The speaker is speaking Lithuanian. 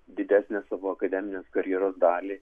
didesnę savo akademinės karjeros dalį